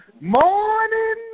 morning